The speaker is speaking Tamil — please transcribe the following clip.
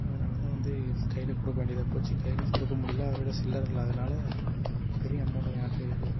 அதனால்தான் வந்து கையில் கொடுக்க வேண்டியதாக போச்சு கையிலேயும் கொடுக்க முடியல அவரோட சில்லறை இல்லாதனால் பெரிய அமௌண்டாக யார்கிட்ட இருக்குது